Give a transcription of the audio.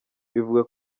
bivugwa